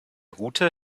route